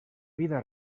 vida